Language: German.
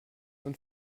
und